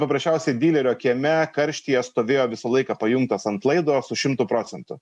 paprasčiausiai dylerio kieme karštyje stovėjo visą laiką pajungtas ant laido su šimtu procentų